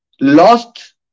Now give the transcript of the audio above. Lost